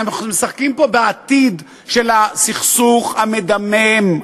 אנחנו משחקים פה בעתיד של הסכסוך המדמם,